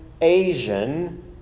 Asian